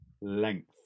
length